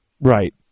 Right